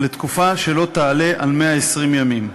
לתקופה שלא תעלה על 120 ימים.